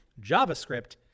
JavaScript